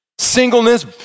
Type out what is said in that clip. Singleness